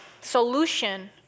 solution